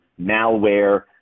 malware